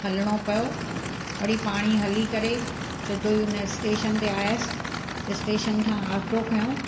हलिणो पियो वरी पाण ई हली करे सिधो ई हुन स्टेशन ते आहियसि स्टेशन खां ऑटो खयो